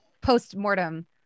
post-mortem